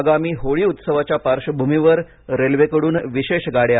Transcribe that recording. आगामी होळी उत्सवाच्या पार्श्वभूमीवर रेल्वेकडून विशेष गाड्या